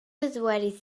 usuari